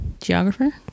geographer